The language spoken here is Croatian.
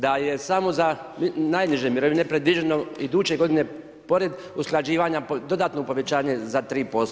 Da je samo za najniže mirovine, predviđeno iduće g. pored usklađivanja dodatno povećanje za 3%